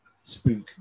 spook